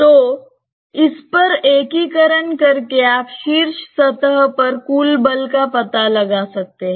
तो इस पर एकीकरण करके आप शीर्ष सतह पर कुल बल का पता लगा सकते हैं